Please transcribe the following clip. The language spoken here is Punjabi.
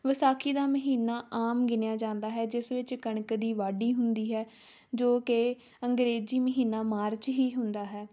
ਵਿਸਾਖੀ ਦਾ ਮਹੀਨਾ ਆਮ ਗਿਣਿਆ ਜਾਂਦਾ ਹੈ ਜਿਸ ਵਿੱਚ ਕਣਕ ਦੀ ਵਾਢੀ ਹੁੰਦੀ ਹੈ ਜੋ ਕਿ ਅੰਗਰੇਜ਼ੀ ਮਹੀਨਾ ਮਾਰਚ ਹੀ ਹੁੰਦਾ ਹੈ